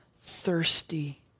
thirsty